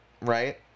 right